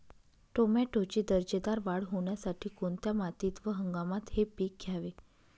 टोमॅटोची दर्जेदार वाढ होण्यासाठी कोणत्या मातीत व हंगामात हे पीक घ्यावे?